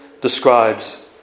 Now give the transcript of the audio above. describes